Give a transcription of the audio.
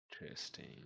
Interesting